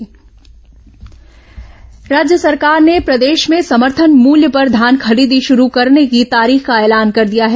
धान खरीदी राज्य सरकार ने प्रदेश में समर्थन मूल्य पर धान खरीदी शुरू करने की तारीख का ऐलान कर दिया है